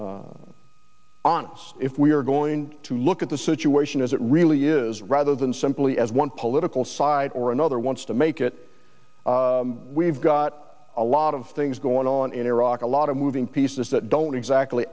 on if we are going to look at the situation as it really is rather than simply as one political side or another wants to make it we've got a lot of things going on in iraq a lot of moving pieces that don't exactly